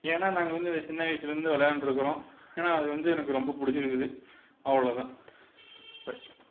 ஏன்னா நாங்கள் வந்து அதை சின்ன வயதுலேருந்து விளையாண்டுருக்குறோம் ஏன்னா அது வந்து எனக்கு ரொம்ப பிடிச்சிருக்குது அவ்வளோ தான் ரைட்